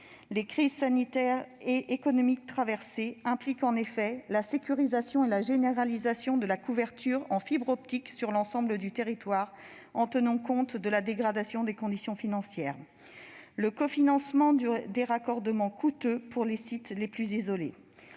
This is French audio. Les crises sanitaire et économique que nous traversons impliquent en effet la sécurisation et la généralisation de la couverture en fibre optique sur l'ensemble du territoire, mais elles nécessitent aussi de prendre en compte la dégradation des conditions financières et le cofinancement des raccordements coûteux pour les sites les plus isolés.